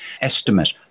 estimate